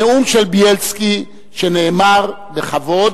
הנאום של בילסקי, שנאמר בכבוד,